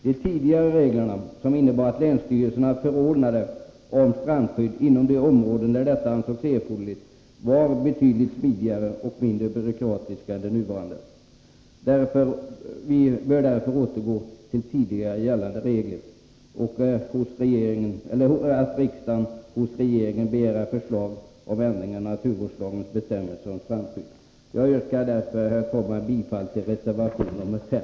De tidigare reglerna, som innebar att länsstyrelserna förordnade om strandskydd inom de områden där detta ansågs erforderligt, var betydligt smidigare och mindre byråkratiska än de nuvarande. Vi bör därför återgå till tidigare gällande regler, och riksdagen bör hos regeringen begära förslag om ändring i naturvårdslagens bestämmelser om strandskydd. Herr talman! Jag yrkar därför bifall till reservation nr 5.